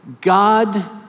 God